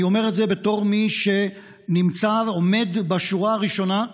אני אומר את זה בתור מי שנמצא ועומד בשורה הראשונה,